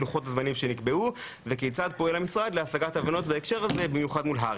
לוחות-הזמנים שנקבעו וכיצד פועל המשרד להשגת הבנות בהקשר הזה במיוחד מול הר"י.